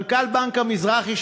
מנכ"ל בנק המזרחי,